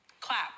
Clap